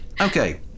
Okay